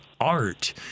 art